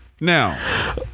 Now